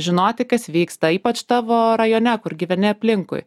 žinoti kas vyksta ypač tavo rajone kur gyveni aplinkui